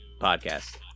podcast